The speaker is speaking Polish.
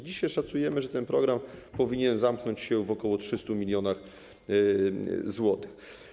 Dzisiaj szacujemy, że ten program powinien zamknąć się w ok. 300 mln zł.